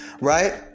right